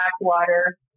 Blackwater